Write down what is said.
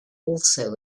also